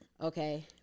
Okay